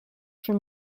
from